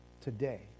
today